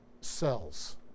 cells